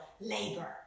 labor